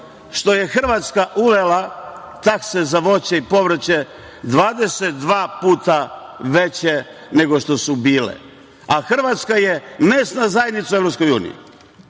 što je Hrvatska uvela takse za voće i povrće 22 puta veće nego što su bile. A Hrvatska je mesna zajednica